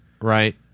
Right